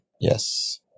Yes